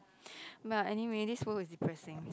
but anyway this world is depressing